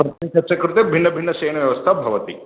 प्रत्येकस्य कृते भिन्नभिन्नशयनव्यवस्था भवति